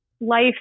life